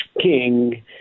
king